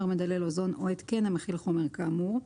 מדלל אוזון או התקן המכיל חומר כאמור,